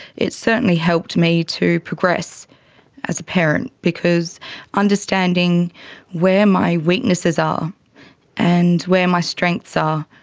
it certainly helped me to progress as a parent because understanding where my weaknesses are and where my strengths are,